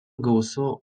gausu